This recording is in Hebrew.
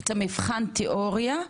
את מבחן התיאוריה.